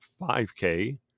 5K